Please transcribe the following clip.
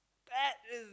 that is